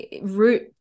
root